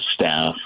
staff